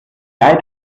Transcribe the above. leid